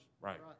Right